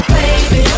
baby